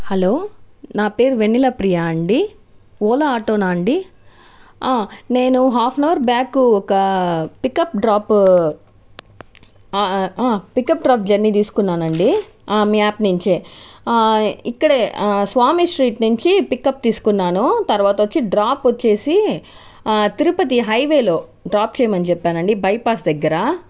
hello నా పేరు వెన్నెల ప్రియా అండి ఓలా ఆటోనా అండి నేను హాఫ్ యాన్ అవర్ బ్యాక్ ఒక పికప్ డ్రాప్ పికప్ జర్నీ తీసుకున్నానండి మీ యాప్ నుంచే ఇక్కడే స్వామి స్ట్రీట్ నుంచి పికప్ తీసుకున్నాను తర్వాత వచ్చి డ్రాప్ వచ్చేసి తిరుపతి హైవేలో డ్రాప్ చేయమని చెప్పానండి బైపాస్ దగ్గర